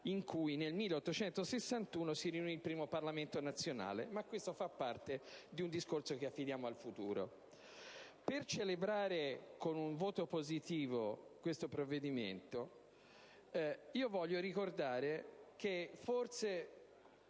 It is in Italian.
in cui, nel 1861, si riunì il primo Parlamento nazionale, ma questo fa parte di un discorso che affidiamo al futuro. Per celebrare con un voto positivo questo provvedimento, voglio ricordare che forse